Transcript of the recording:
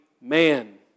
man